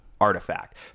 artifact